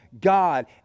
God